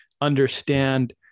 understand